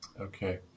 Okay